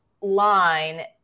line